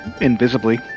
invisibly